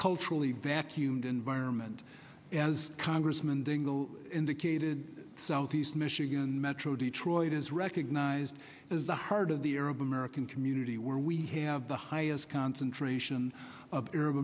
culturally vacuumed environment as congressman dingell indicated southeast michigan metro detroit is recognized as the heart of the arab american community where we have the highest concentration of arab